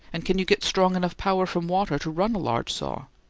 and can you get strong enough power from water to run a large saw?